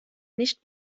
nicht